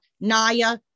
Naya